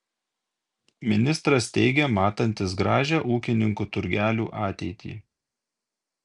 ministras teigė matantis gražią ūkininkų turgelių ateitį